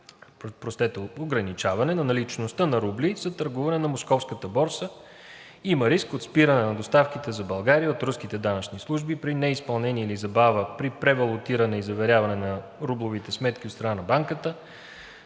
риск от ограничаване на наличността на рубли за търгуване на Московската борса; има риск от спиране на доставките за България от руските данъчни служби при неизпълнение или забава при превалутиране и заверяване на рублевите сметки от страна на банката;